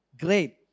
Great